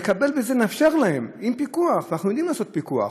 נאפשר להם, עם פיקוח אנחנו יודעים לעשות פיקוח,